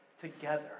together